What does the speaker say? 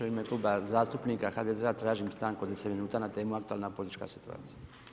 U ime Kluba zastupnika HDZ-a tražim stanku od 10 minuta na temu aktualna politička situacija.